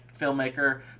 filmmaker